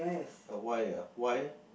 why ah why